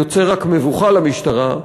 יוצר רק מבוכה למשטרה.